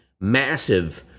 massive